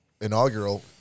inaugural